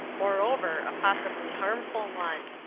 moreover, a possibly harmful one.